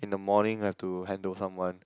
in the morning I have to handle someone